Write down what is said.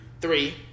three